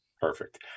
Perfect